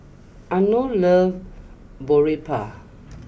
Arno loves Boribap